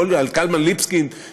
על קלמן ליבסקינד,